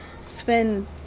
Sven